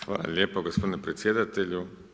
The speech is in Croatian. Hvala lijepo gospodine predsjedatelju.